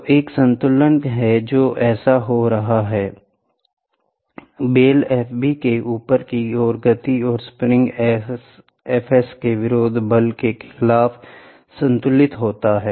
तो एक संतुलन है जो ऐसा हो रहा है बेल Fb के ऊपर की ओर गति और स्प्रिंग Fs के विरोधी बल के खिलाफ संतुलित है